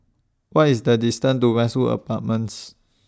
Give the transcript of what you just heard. What IS The distance to Westwood Apartments